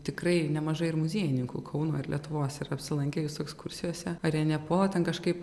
tikrai nemažai ir muziejininkų kauno ir lietuvos yra apsilankę jūsų ekskursijose ar jie nepuola ten kažkaip